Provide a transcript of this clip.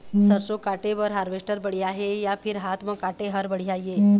सरसों काटे बर हारवेस्टर बढ़िया हे या फिर हाथ म काटे हर बढ़िया ये?